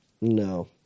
No